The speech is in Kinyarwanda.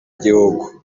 igihugu